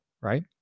right